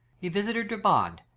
he visited derbend,